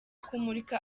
kumurika